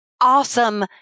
awesome